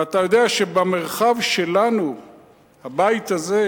ואתה יודע שבמרחב שלנו הבית הזה,